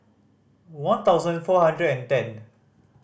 one thousand four hundred and ten